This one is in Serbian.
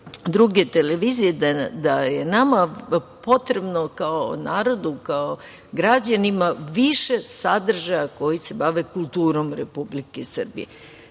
druge televizije da je nama potrebno kao narodu, kao građanima više sadržaja koji se bave kulturom Republike Srbije. Da